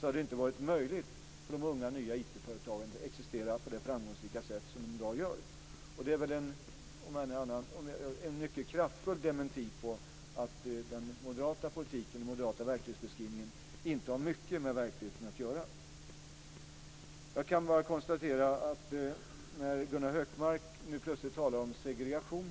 hade det inte varit möjligt för de unga och nya IT-företagen att fungera på det framgångsrika sätt som de i dag gör. Det är väl en mycket kraftfull dementi av att den moderata politiken och den moderata verklighetsbeskrivningen inte har mycket med verkligheten att göra. Gunnar Hökmark börjar nu plötsligt tala om segregationen.